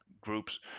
groups